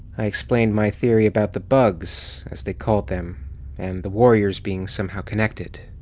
i explained my theory about the bugs. as they called them and the warriors being somehow connected.